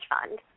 fund